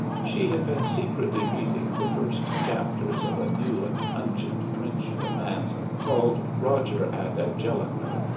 she had been secretly reading the first chapters of a new and pungent french romance, called roger and angelica,